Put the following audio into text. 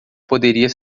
poderia